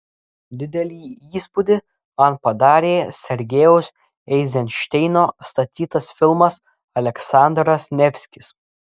didelį įspūdį man padarė sergejaus eizenšteino statytas filmas aleksandras nevskis